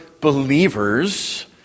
believers